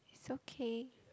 is okay